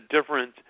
different